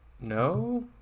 no